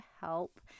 help